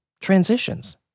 transitions